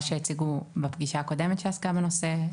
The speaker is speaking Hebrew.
שהציגו בפגישה הקודמת שעסקה בנושא,